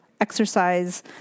exercise